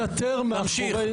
תמשיך.